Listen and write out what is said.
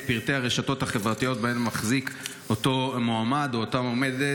פרטי הרשתות החברתיות שבהן מחזיקים אותו מועמד או אותה מועמדות.